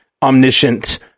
omniscient